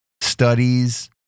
studies